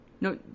No